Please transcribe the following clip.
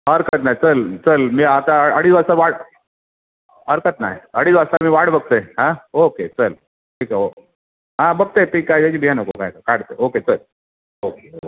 हरकत नाही चल चल मी आता अडीच वाजता वाट हरकत नाही अडीच वाजता मी वाट बघतो आहे ओके चल ठीक आहे ओ हां बघतोय पीक काय बिया नको काय काढते ओके चल ओके